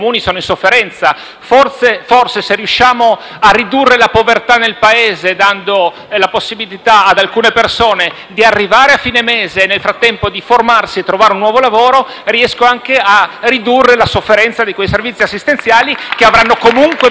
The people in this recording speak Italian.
Forse, se riusciamo a ridurre la povertà nel Paese, dando la possibilità ad alcune persone di arrivare a fine mese e nel frattempo di formarsi e di trovare un nuovo lavoro, riusciremo anche a ridurre la sofferenza di quei servizi assistenziali *(Applausi dai